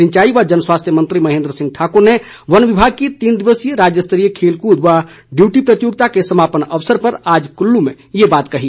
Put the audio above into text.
सिंचाई व जनस्वास्थ्य मंत्री महेन्द्र सिंह ठाकुर ने वन विभाग की तीन दिवसीय राज्यस्तरीय खेलकूद व डियूटी प्रतियोगिता के समापन अवसर पर आज कुल्लू में ये बात कही